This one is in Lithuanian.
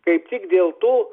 kaip tik dėl to